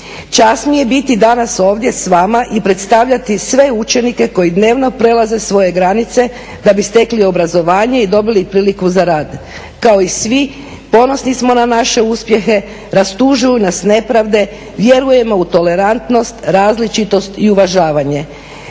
Čast mi je biti danas ovdje s vama i predstavljati sve učenike koji dnevno prelaze svoje granice da bi stekli obrazovanje i dobili priliku za rad. Kao i svi ponosni smo na naše uspjehe, rastužuju nas nepravde, vjerujemo u tolerantnost, različitost i uvažavanje.